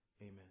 Amen